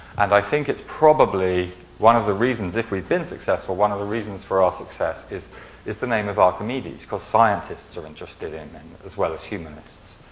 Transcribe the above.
and i think it's probably one of the reasons if we've been successful, one of the reasons for our success is is the name of archimedes. cause scientists are interested in it and as well as humanists.